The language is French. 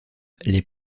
les